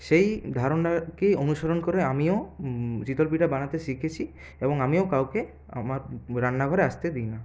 সেই ধারণাকে অনুসরণ করে আমিও চিতই পিঠা বানাতে শিখেছি এবং আমিও কাউকে আমার রান্নাঘরে আসতে দিইনা